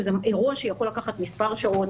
שזה אירוע שיכול לקחת מספר שעות,